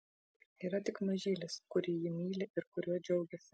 yra tik mažylis kurį ji myli ir kuriuo džiaugiasi